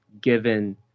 given